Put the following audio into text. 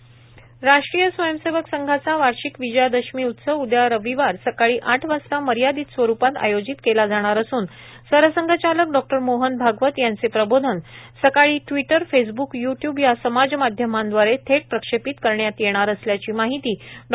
राष्ट्रीय स्वयंसेवक संघ विजयादशमी उत्सव राष्ट्रीय स्वयंसेवक संघाचा वार्षिक विजयादशमी उत्सव उद्या रविवार सकाळी आठ वाजता मर्यादित स्वरूपात आयोजित केला जाणार असून सरसंघचालक डॉक्टर मोहन भागवत यांचे प्रबोधन सकाळी ट्विटर फेसब्क य्ट्यूब या समाजमाध्यमांद्वारे थेट प्रक्षेपित करण्यात येणार असल्याची माहिती डॉ